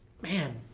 man